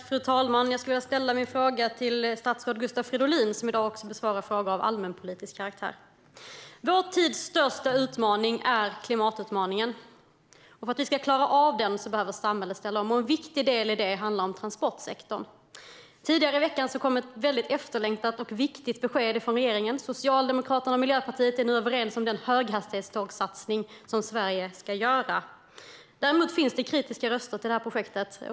Fru talman! Jag vill ställa min fråga till statsrådet Gustav Fridolin, som i dag också besvarar frågor av allmänpolitisk karaktär. Vår tids största utmaning är klimatutmaningen. För att vi ska klara av den behöver samhället ställa om. Och transportsektorn är en viktig del i det. Tidigare i veckan kom ett efterlängtat och viktigt besked från regeringen. Socialdemokraterna och Miljöpartiet är nu överens om den satsning på höghastighetståg som Sverige ska göra. Däremot finns det kritiska röster till projektet.